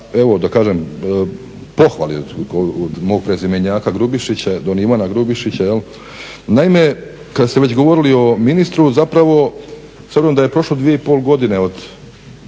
evo da kažem pohvali od mog prezimenjaka Grubišića, don Ivana Grubišića jel'. Naime, kad ste već govorili o ministru zapravo s obzirom da je prošlo 2,5 godine od